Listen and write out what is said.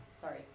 sorry